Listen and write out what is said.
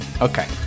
Okay